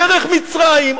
דרך מצרים,